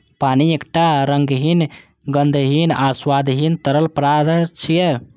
पानि एकटा रंगहीन, गंधहीन आ स्वादहीन तरल पदार्थ छियै